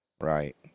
Right